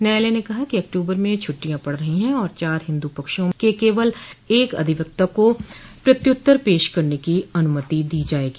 न्यायालय ने कहा कि अक्तूबर में छुट्टियां पड़ रही हैं और चार हिन्दु पक्षों के केवल एक अधिवक्ता को प्रत्युत्तर पेश करने की अनुमति दी जाएगी